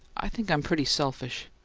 i think i'm pretty selfish.